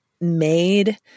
made